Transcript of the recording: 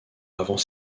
avant